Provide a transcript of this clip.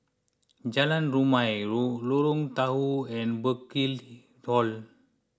Jalan Rumia Lorong Tahar and Burkill Hall